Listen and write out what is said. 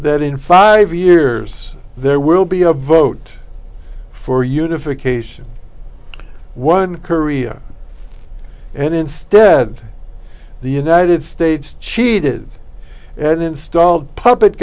that in five years there will be a vote for unification one korea and instead the united states cheated and installed puppet